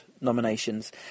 nominations